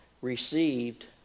received